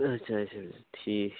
اَچھا اَچھا اَچھا ٹھیٖک